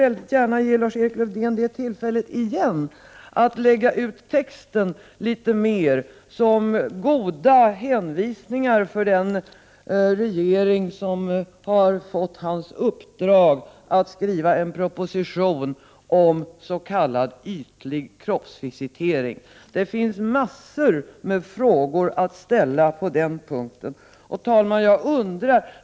Jag vill gärna ge Lars-Erik Lövdén tillfället igen att lägga ut texten litet mer som goda hänvisningar för den regering som har fått hans uppdrag att skriva en proposition om s.k. ytlig kroppsvisitering. Det finns en mängd frågor att ställa på den punkten. Herr talman!